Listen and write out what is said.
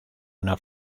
una